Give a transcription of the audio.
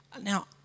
Now